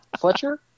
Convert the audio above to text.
Fletcher